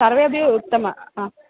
सर्वे अपि उत्तमं हा